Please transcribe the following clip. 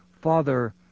father